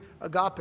agape